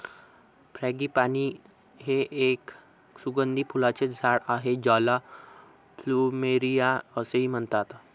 frangipani हे एक सुगंधी फुलांचे झाड आहे ज्याला प्लुमेरिया असेही म्हणतात